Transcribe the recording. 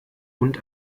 und